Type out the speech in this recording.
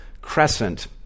crescent